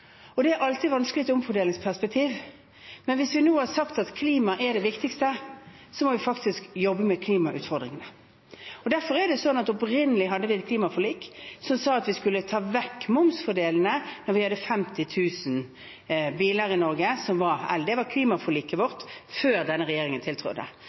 og det er alltid vanskelig i et omfordelingsperspektiv. Men hvis vi nå har sagt at klima er det viktigste, må vi faktisk jobbe med klimautfordringene. Derfor er det sånn at opprinnelig hadde vi et klimaforlik som sa at vi skulle ta vekk momsfordelene når vi hadde 50 000 elbiler i Norge. Det var klimaforliket vårt før denne regjeringen tiltrådte.